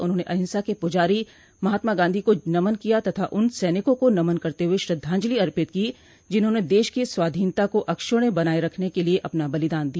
उन्होंने अहिंसा के पुजारी महात्मा गांधी को नमन किया तथा उन सैनिकों को नमन करते हुए श्रद्धांजलि अर्पित की जिन्हाने देश की स्वाधीनता को अक्ष्ण्य बनाये रखने के लिये अपना बलिदान दिया